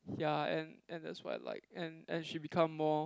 ya and and that's what I like and and she become more